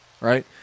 right